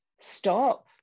stop